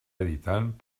editant